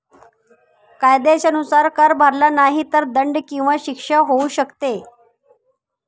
कायद्याच्या नुसार, कर भरला नाही तर दंड किंवा शिक्षा होऊ शकते